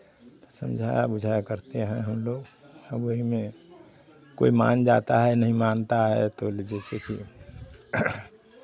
तो समझाया बुझाया करते हैं हम लोग अब वही में कोई मान जाता है नहीं मानता है तो जैसे कि